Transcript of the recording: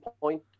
point